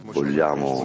vogliamo